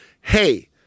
Hey